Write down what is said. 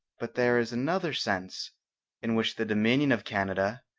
but there is another sense in which the dominion of canada,